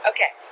Okay